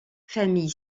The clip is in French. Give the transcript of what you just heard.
famille